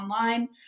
online